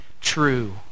true